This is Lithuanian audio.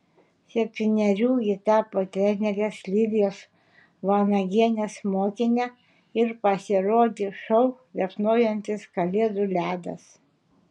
septynerių ji tapo trenerės lilijos vanagienės mokine ir pasirodė šou liepsnojantis kalėdų ledas